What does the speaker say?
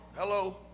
Hello